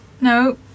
no